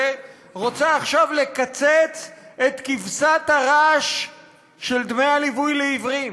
רוצה עכשיו לקצץ את כבשת הרש של דמי הליווי לעיוורים,